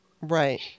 Right